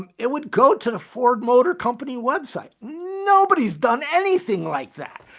um it would go to the ford motor company website. nobody's done anything like that.